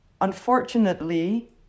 unfortunately